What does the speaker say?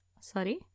Sorry